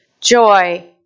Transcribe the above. joy